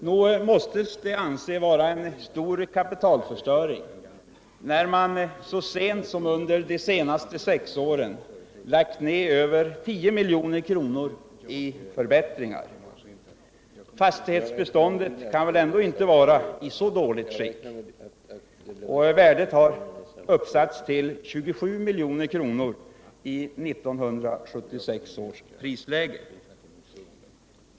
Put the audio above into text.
Nog måste det här anses vara en stor kapitalförstöring, när man så sent som under de senaste sex åren lagt ned över 10 milj.kr. i förbättringar. Fastighetsbeståndet kan väl ändå inte vara i så dåligt skick? Värdet har uppsatts till 27 milj.kr. i 1976 års prisläge.